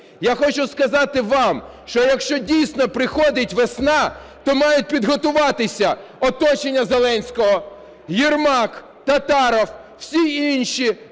Я хочу сказати вам, що якщо дійсно приходить весна, то мають підготуватися оточення Зеленського: Єрмак, Татаров, всі інші